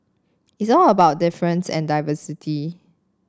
it's all about difference and diversity